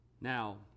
now